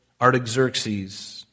Artaxerxes